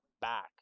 back